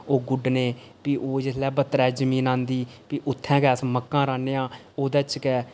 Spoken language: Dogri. ओह् गुड्डने फ्ही ओह् जिसलै बत्तरै जमीन होंदी फ्ही उत्थें गै अस मक्कां राह्न्नेआं ओह्दे च गै अस